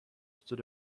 stood